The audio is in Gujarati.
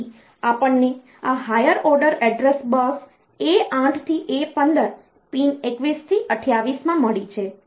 તેથી આપણને આ higher order address bus A8 થી A15 પિન 21 થી 28 માં મળી છે